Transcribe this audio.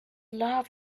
love